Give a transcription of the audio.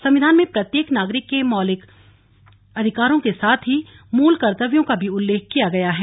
संविधान में प्रत्येक नागरिक के लिए मौलिक अधिकारों के साथ ही मूल कर्त्तव्यों का भी उल्लेख किया गया है